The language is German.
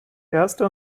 erste